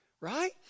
right